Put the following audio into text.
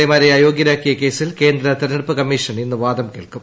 A മാരെ അയോഗൃരാക്കിയ കേസിൽ കേന്ദ്ര തിരഞ്ഞെടുപ്പ് കമ്മീഷൻ ഇന്ന് വാദം കേൾക്കും